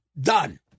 done